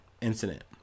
incident